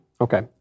Okay